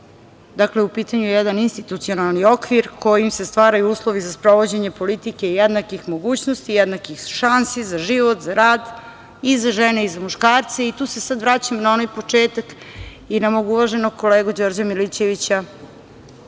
Dakle, u pitanju je jedan institucionalni okvir kojim se stvaraju uslovi za sprovođenje politike jednakih mogućnosti, jednakih šansi za život, za rad i za žene i za muškarce. Tu se sada vraćam na onaj početak i na mog uvaženog kolegu Đorđa Milićevića